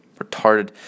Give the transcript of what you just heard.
Retarded